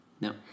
No